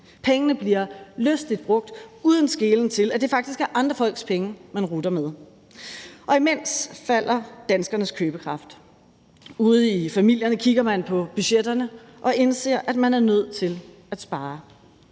pengene bliver lystigt brugt uden skelen til, at det faktisk er andre folks penge, man rutter med, og imens falder danskernes købekraft. Kl. 17:01 Ude i familierne kigger man på budgetterne og indser, at man er nødt til at spare.